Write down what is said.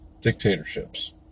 dictatorships